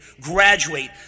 graduate